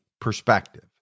perspective